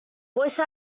voice